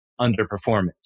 underperformance